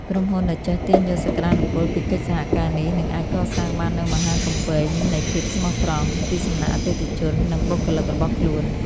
ក្រុមហ៊ុនដែលចេះទាញយកសក្ដានុពលពីកិច្ចសហការនេះ នឹងអាចកសាងបាននូវ "មហាកំពែងនៃភាពស្មោះត្រង់" ពីសំណាក់អតិថិជន និងបុគ្គលិករបស់ខ្លួន។